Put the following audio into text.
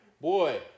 Boy